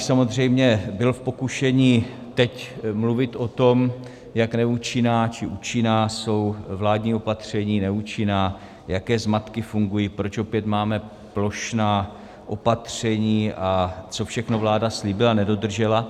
Samozřejmě bych byl v pokušení teď mluvit o tom, jak neúčinná nebo účinná jsou vládní opatření, jaké zmatky fungují, proč opět máme plošná opatření a co všechno vláda slíbila a nedodržela.